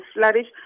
flourish